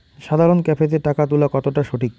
সাধারণ ক্যাফেতে টাকা তুলা কতটা সঠিক?